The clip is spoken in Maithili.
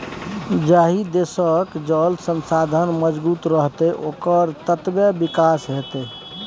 जाहि देशक जल संसाधन मजगूत रहतै ओकर ततबे विकास हेतै